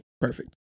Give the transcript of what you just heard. Perfect